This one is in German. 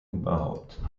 überhaupt